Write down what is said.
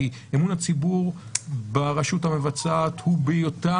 כי אמון הציבור ברשות המבצעת הוא בהיותה